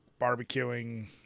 barbecuing